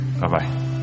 Bye-bye